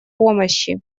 помощи